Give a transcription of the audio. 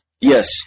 yes